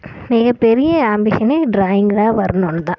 மிகப்பெரிய ஆம்பிஷனே ட்ராயிங்கராக வரணும்தான்